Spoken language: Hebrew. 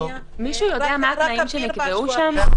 מישהו יודע מה התנאים שנקבעו שם?